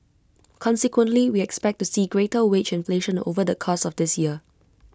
consequently we expect to see greater wage inflation over the course of this year